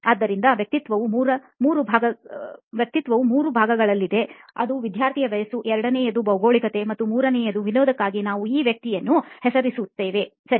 Refer Slide Time 0239 ಆದ್ದರಿಂದ ವ್ಯಕ್ತಿತ್ವವು ಮೂರು ಭಾಗಗಳಲ್ಲಿದೆ ಅದು ವ್ಯಕ್ತಿಯ ವಯಸ್ಸು ಎರಡನೆಯದು ಭೌಗೋಳಿಕತೆ ಮತ್ತು ಮೂರನೆಯದು ವಿನೋದಕ್ಕಾಗಿ ನಾವು ಈ ವ್ಯಕ್ತಿಯನ್ನು ಹೆಸರಿಸುತ್ತೇವೆಸರಿ